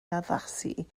addasu